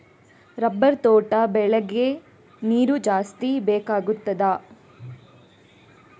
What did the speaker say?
Rubber ತೋಟ ಬೆಳೆಗೆ ನೀರು ಜಾಸ್ತಿ ಬೇಕಾಗುತ್ತದಾ?